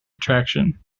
attraction